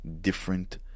different